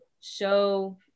show